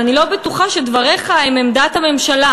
אני לא בטוחה שדבריך הם עמדת הממשלה.